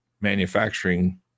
manufacturing